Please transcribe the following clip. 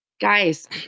guys